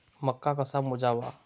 मका कसा मोजावा?